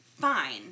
fine